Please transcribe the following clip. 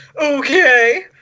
Okay